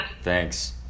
Thanks